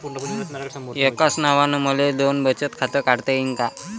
एकाच नावानं मले दोन बचत खातं काढता येईन का?